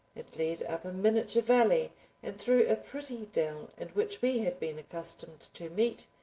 it led up a miniature valley and through a pretty dell in which we had been accustomed to meet,